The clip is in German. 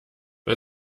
bei